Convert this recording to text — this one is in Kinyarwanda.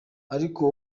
ariko